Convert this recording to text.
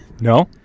No